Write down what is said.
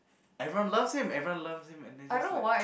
everyone loves him everyone loves him and this is like